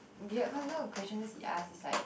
weird cause you know questions he asked is like